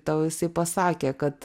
tau jisai pasakė kad